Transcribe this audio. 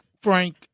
Frank